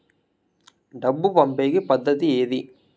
డబ్బు పంపేకి పద్దతి ఏది